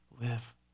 live